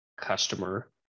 customer